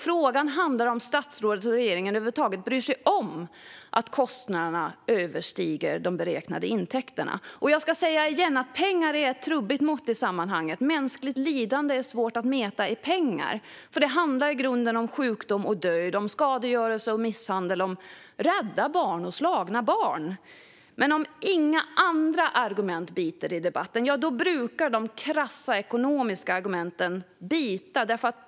Frågan handlar om huruvida statsrådet och regeringen över huvud taget bryr sig om att kostnaderna överstiger de beräknade intäkterna. Jag ska säga igen att pengar är ett trubbigt mått i sammanhanget. Mänskligt lidande är svårt att mäta i pengar, för det handlar i grunden om sjukdom och död, om skadegörelse och misshandel och om rädda barn och slagna barn. Men om inga andra argument biter i debatten brukar de krassa ekonomiska argumenten bita.